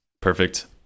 perfect